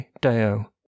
Deo